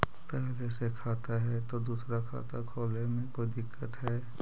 पहले से खाता है तो दूसरा खाता खोले में कोई दिक्कत है?